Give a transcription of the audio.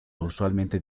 usualmente